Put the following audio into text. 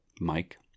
Mike